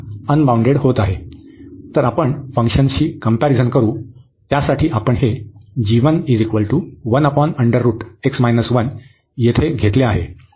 तर आपण फंक्शनशी कम्पॅरिझन करू त्यासाठी आपण हे येथे घेतले आहे